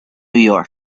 york